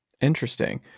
Interesting